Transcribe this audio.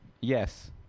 Yes